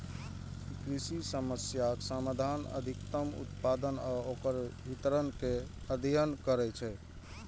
ई कृषि समस्याक समाधान, अधिकतम उत्पादन आ ओकर वितरण के अध्ययन करै छै